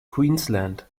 queensland